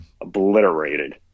obliterated